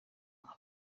nka